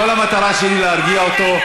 כל המטרה שלי זה להרגיע אותו.